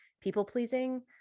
people-pleasing